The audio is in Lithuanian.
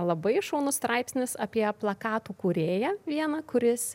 labai šaunus straipsnis apie plakatų kūrėją vieną kuris